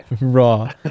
Raw